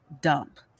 dump